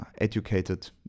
educated